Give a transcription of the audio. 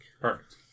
Perfect